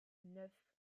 neuf